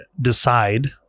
decide